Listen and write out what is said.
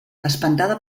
espantada